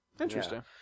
Interesting